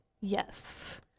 Yes